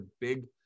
big